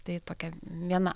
tai tokia viena